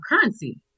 currency